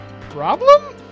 problem